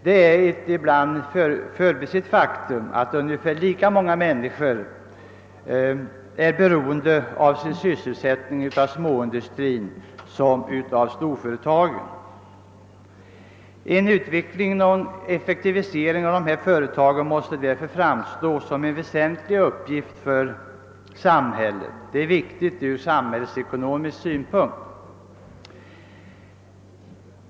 Det är ett ibland förbisett faktum att i stort sett lika många människor för sin sysselsättning är beroende av småindustrin som av storföretagen. En utveckling och en effektivisering av de mindre och medelstora företagen framstår mot denna bakgrund som en väsentlig uppgift för samhället. Det är från samhällsekonomisk synpunkt viktigt att åtgärder vidtas härvidlag.